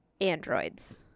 androids